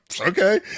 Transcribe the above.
okay